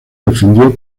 defendió